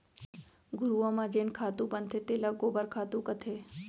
घुरूवा म जेन खातू बनथे तेला गोबर खातू कथें